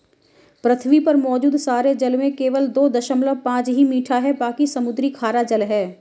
पृथ्वी पर मौजूद सारे जल में केवल दो दशमलव पांच ही मीठा है बाकी समुद्री खारा जल है